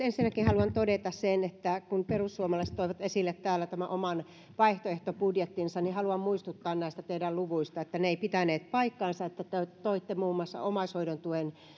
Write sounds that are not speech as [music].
[unintelligible] ensinnäkin haluan todeta sen että kun perussuomalaiset toivat esille täällä tämän oman vaihtoehtobudjettinsa niin haluan muistuttaa näistä teidän luvuistanne että ne eivät pitäneet paikkaansa te esititte muun muassa omaishoidon tuen